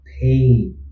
pain